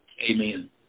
Amen